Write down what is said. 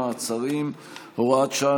מעצרים) (הוראת שעה,